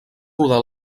rodar